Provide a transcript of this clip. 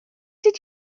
did